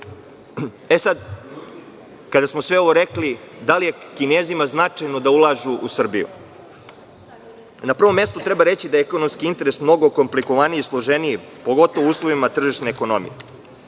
BDP.Kada smo sve ovo rekli, da li je Kinezima značajno da ulažu u Srbiju? Na prvom mestu treba reći da je ekonomski interes mnogo komplikovaniji i složeniji, pogotovo u uslovima tržišne ekonomije.